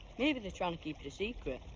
maybe they're trying to keep it a secret.